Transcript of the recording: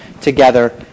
together